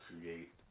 create